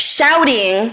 Shouting